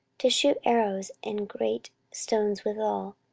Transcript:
to shoot arrows and great stones withal.